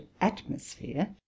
atmosphere